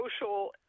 social